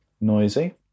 noisy